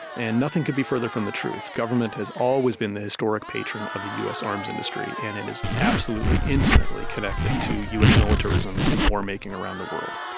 and nothing could be further from the truth. government has always been the historic patron of the us arms industry and it is absolutely intimately connected to us militarism and war-making around the world.